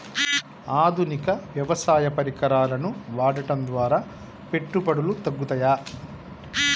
ఆధునిక వ్యవసాయ పరికరాలను వాడటం ద్వారా పెట్టుబడులు తగ్గుతయ?